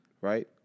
right